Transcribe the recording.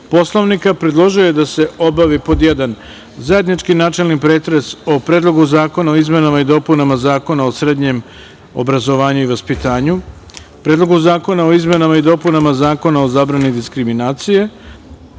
Poslovnika, predložio je da se obavi:1. Zajednički načelni pretres o : Predlogu zakona o izmenama i dopunama Zakona o srednjem obrazovanju i vaspitanju, Predlogu zakona o izmenama i dopunama Zakona o zabrani diskriminacije,